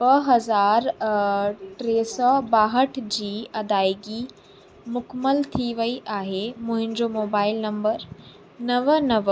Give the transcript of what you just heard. ॿ हज़ार टे सौ ॿाहठि जी अदाइगी मुकमल थी वई आहे मुंहिंजो मोबाइल नंबर नव नव